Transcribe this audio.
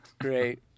Great